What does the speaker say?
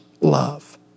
love